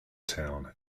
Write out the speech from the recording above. town